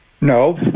No